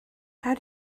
how